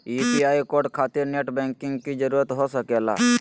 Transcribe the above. UPI code खातिर net banking की जरूरत हो सके ला?